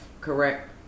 correct